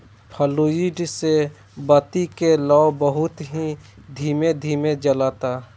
fluid से बत्ती के लौं बहुत ही धीमे धीमे जलता